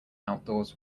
outdoors